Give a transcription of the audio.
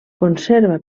conserva